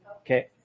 Okay